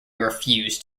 refused